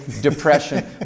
depression